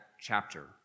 chapter